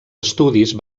estudis